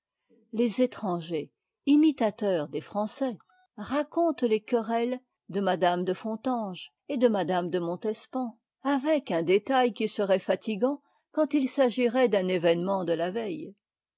les étrangers imitateurs des français racontent les querelles de mademoiselle de fontanges et de madame de montespan avec un détail qui serait fatigant quand il s'agirait d'un événement de la veille